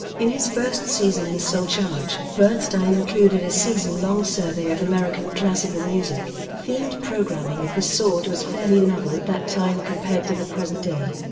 in his first season in sole charge, bernstein included a season-long survey of american classical music. themed programming of this sort was fairly novel at that time compared to the present day.